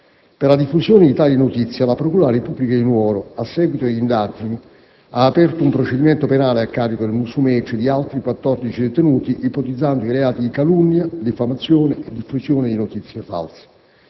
Per la diffusione di tali notizie la procura della Repubblica di Nuoro, a seguito di indagini, ha aperto un procedimento penale a carico del Musumeci e di altri 14 detenuti, ipotizzando i reati di calunnia, diffamazione e diffusione di notizie false.